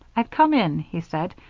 i've come in, he said,